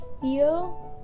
feel